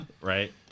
Right